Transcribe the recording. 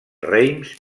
reims